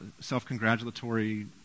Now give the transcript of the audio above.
self-congratulatory